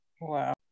Wow